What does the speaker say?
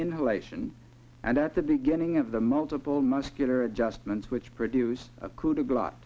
inhalation and at the beginning of the multiple muscular adjustments which produce a clue to blo